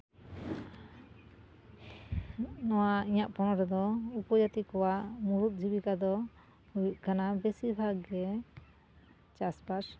ᱱᱚᱣᱟ ᱤᱧᱟᱹᱜ ᱯᱚᱱᱚᱛ ᱨᱮᱫᱚ ᱩᱯᱚᱡᱟᱹᱛᱤ ᱠᱚᱣᱟᱜ ᱢᱩᱬᱩᱛ ᱡᱤᱵᱤᱠᱟ ᱫᱚ ᱦᱩᱭᱩᱜ ᱠᱟᱱᱟ ᱵᱮᱥᱤᱨ ᱵᱷᱟᱜᱽ ᱜᱮ ᱪᱟᱥᱵᱟᱥ